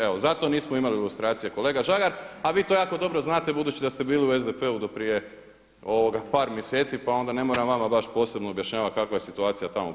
Evo zato nismo imali lustracije kolega Žagar a vi to jako dobro znate budući da ste bili u SDP-u do prije par mjeseci, pa onda ne moram vama baš posebno objašnjavati kakva je situacija tamo bila '91. godine.